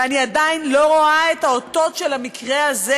ואני עדיין לא רואה את האותות של המקרה הזה,